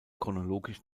chronologisch